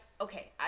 Okay